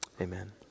amen